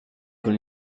con